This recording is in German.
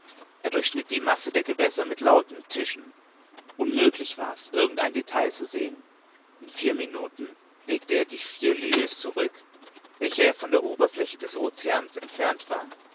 er durchschnitt die masse der gewässer mit lautem zischen unmöglich war's irgend ein detail zu sehen in vier minuten legte er die vier lieues zurück welche er von der oberfläche des oceans entfernt war